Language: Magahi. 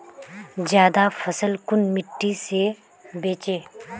ज्यादा फसल कुन मिट्टी से बेचे?